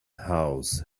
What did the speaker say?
house